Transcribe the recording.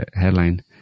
headline